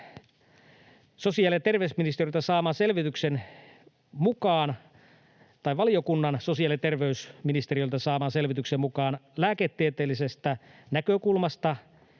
Valiokunnan sosiaali- ja terveysministeriöltä saaman selvityksen mukaan lääketieteellisestä näkökulmasta